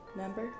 number